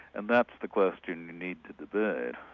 and that's the question you need to debate.